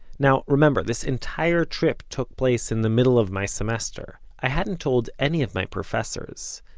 now, remember this entire trip took place in the middle of my semester. i hadn't told any of my professors,